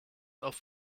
auf